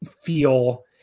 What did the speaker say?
feel